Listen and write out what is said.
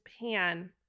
pan